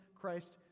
Christ